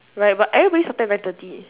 right but everybody started at nine thirty